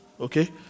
Okay